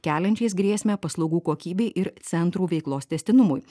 keliančiais grėsmę paslaugų kokybei ir centrų veiklos tęstinumui